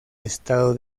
estado